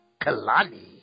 Kalani